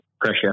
pressure